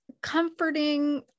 comforting